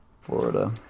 Florida